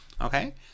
Okay